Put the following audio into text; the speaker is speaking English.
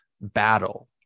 battle